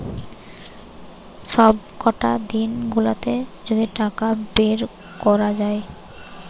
সবকটা দিন গুলাতে যদি টাকা বের কোরা যায়